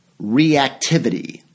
reactivity